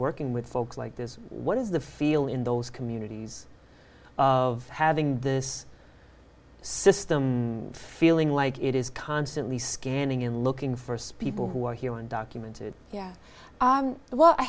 working with folks like this what is the feel in those communities of having this system feeling like it is constantly scanning and looking for speedball who are here undocumented yeah well i